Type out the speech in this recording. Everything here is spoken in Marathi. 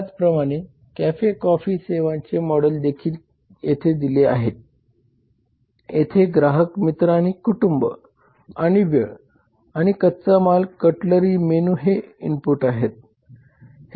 त्याचप्रमाणे कॅफे कॉफी सेवांचे मॉडेल देखील येथे दिले आहे येथे ग्राहक मित्र आणि कुटुंब आणि वेळ आणि कच्चा माल कटलरी मेनू हे इनपुट आहे